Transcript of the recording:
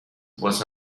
was